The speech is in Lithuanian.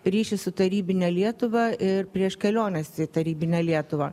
ryšį su tarybine lietuva ir prieš keliones į tarybinę lietuvą